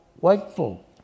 wakeful